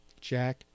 jack